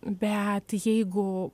bet jeigu